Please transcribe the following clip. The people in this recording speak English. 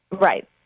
Right